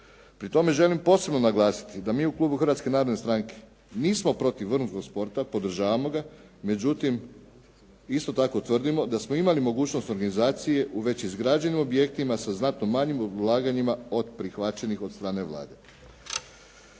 Pri tome želim posebno naglasiti da mi u klubu Hrvatske narodne stranke nismo protiv vrhunskog sporta, podržavamo ga, međutim isto tako tvrdimo da smo imali mogućnost organizacije u već izgrađenim objektima sa znatno manjim ulaganjima od prihvaćenih od strane Vlade.